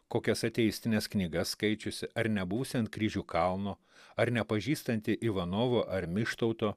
kokias ateistines knygas skaičiusi ar nebūsiant kryžių kalno ar nepažįstanti ivanovo ar mištauto